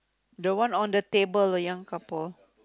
the one on the table the young couple